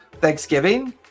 Thanksgiving